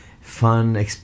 fun